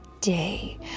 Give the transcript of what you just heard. day